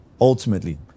ultimately